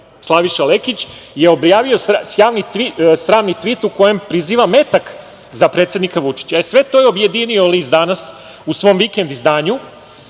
Slaviša Lekić je objavio sramni tvit u kojem priziva metak za predsednika Vučića. Sve to je objedinio list „Danas“ u svom vikend izdanju